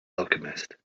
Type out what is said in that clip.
alchemist